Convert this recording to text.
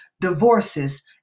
divorces